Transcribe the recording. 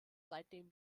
seitdem